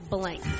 Blank